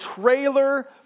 trailer